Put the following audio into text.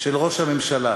של ראש הממשלה: